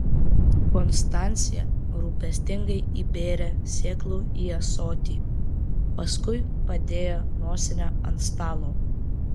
konstancija rūpestingai įbėrė sėklų į ąsotį paskui padėjo nosinę ant stalo